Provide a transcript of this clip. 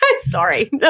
Sorry